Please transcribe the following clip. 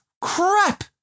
Crap